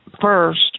First